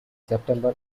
september